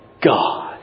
God